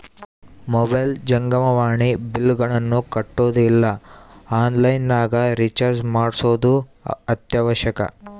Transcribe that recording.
mobile ಜಂಗಮವಾಣಿ ಬಿಲ್ಲ್ಗಳನ್ನ ಕಟ್ಟೊದು ಇಲ್ಲ ಆನ್ಲೈನ್ ನಗ ರಿಚಾರ್ಜ್ ಮಾಡ್ಸೊದು ಅತ್ಯವಶ್ಯಕ